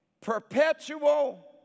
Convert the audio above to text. Perpetual